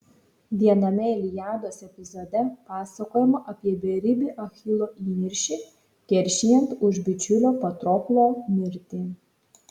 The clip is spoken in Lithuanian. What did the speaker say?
viename iliados epizode pasakojama apie beribį achilo įniršį keršijant už bičiulio patroklo mirtį